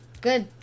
Good